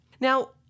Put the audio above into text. Now